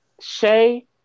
Shay